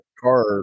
car